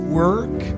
work